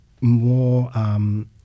more